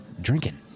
drinking